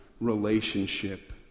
relationship